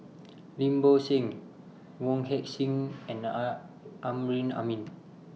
Lim Bo Seng Wong Heck Sing and A Amrin Amin